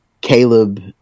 Caleb